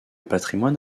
patrimoine